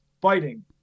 fighting